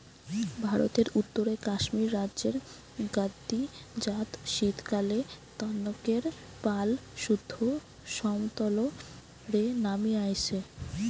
ভারতের উত্তরে কাশ্মীর রাজ্যের গাদ্দি জাত শীতকালএ তানকের পাল সুদ্ধ সমতল রে নামি আইসে